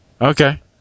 Okay